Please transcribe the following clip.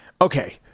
Okay